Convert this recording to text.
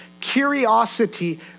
curiosity